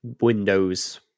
Windows